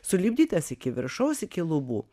sulipdytas iki viršaus iki lubų